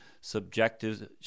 subjective